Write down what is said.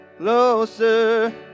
Closer